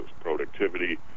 productivity